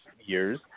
years